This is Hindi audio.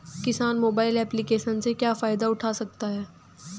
किसान मोबाइल एप्लिकेशन से क्या फायदा उठा सकता है?